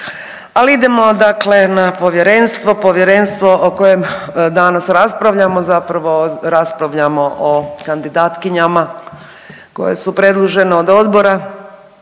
Ali idemo dakle na povjerenstvo, povjerenstvo o kojem danas raspravljamo zapravo raspravljamo o kandidatkinjama koje su predložene od odbora.